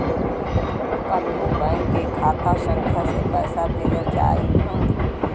कौन्हू बैंक के खाता संख्या से पैसा भेजा जाई न?